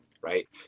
right